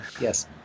Yes